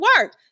work